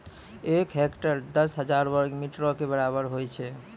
एक हेक्टेयर, दस हजार वर्ग मीटरो के बराबर होय छै